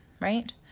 right